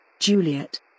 Juliet